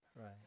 Right